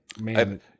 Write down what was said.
man